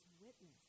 witness